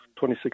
26